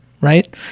right